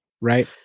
right